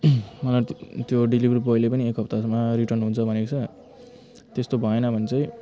मलाई त्यो डेलीभरी ब्वाइले पनि एक हप्तासम्म रिर्टन हुन्छ भनेको छ त्यस्तो भएन भने चाहिँ